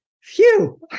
phew